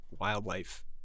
wildlife